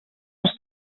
els